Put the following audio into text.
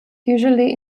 usually